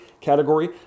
category